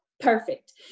perfect